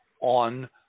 on